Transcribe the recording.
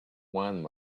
one